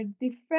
different